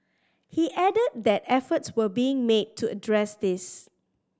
he added that efforts were being made to address this